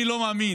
אני לא מאמין